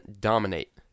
dominate